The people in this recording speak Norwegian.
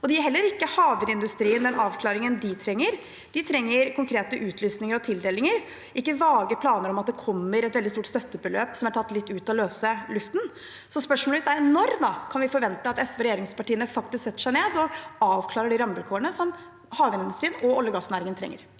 Det gir heller ikke havvindindustrien den avklaringen de trenger. De trenger konkrete utlysninger og tildelinger, ikke vage planer om at det kommer et veldig stort støttebeløp som er tatt litt ut av løse luften. Spørsmålet mitt er når vi kan forvente at SV og regjeringspartiene faktisk setter seg ned og avklarer de rammevilkårene som havvindindustrien og olje- og gassnæringen trenger.